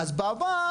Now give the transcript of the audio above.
אז בעבר,